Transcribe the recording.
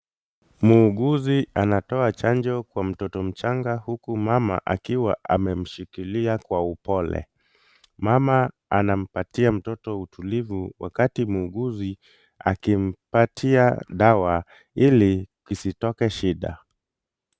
Muuguzi anatoa chanjo kwa mtoto mchanga, huku mama akiwa amemshikilia kwa upole. Mama anampatia mtoto utulivu, wakati muuguzi akimpatia dawa ili kusitoke shida.